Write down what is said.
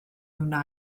wna